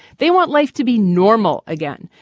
they want life to be normal again.